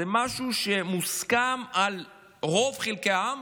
זה משהו שמוסכם על רוב חלקי העם.